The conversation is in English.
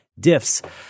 diffs